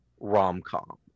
rom-com